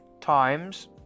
Times